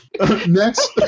Next